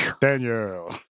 Daniel